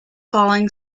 falling